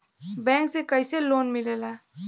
Bank से कइसे loan मिलेला?